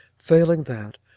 failing that,